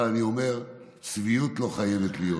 אבל אני אומר: צביעות לא חייבת להיות,